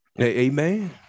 Amen